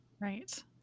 right